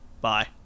bye